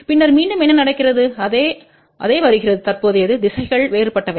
பின்னர் மீண்டும் என்ன நடக்கிறது அதே அதே வருகிறது தற்போதையது திசைகள் வேறுபட்டவை